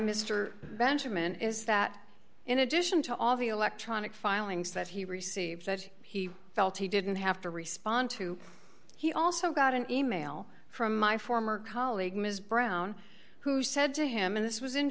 mr benjamin is that in addition to all the electronic filings that he received that he felt he didn't have to respond to he also got an e mail from my former colleague ms brown who said to him and this was in